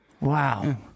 wow